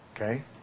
okay